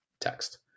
text